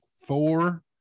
four